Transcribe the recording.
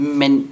men